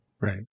Right